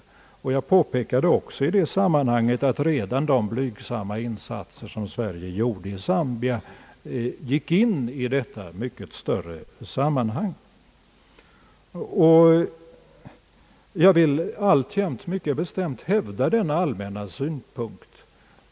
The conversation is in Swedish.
Jag påpekade också i det sammanhanget, att redan de blygsamma insatser som Sverige gjorde i Zambia gick in i detta mycket större sammanhang, och jag vill alltjämt mycket bestämt hävda denna allmänna Ssynpunkt.